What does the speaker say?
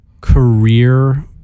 career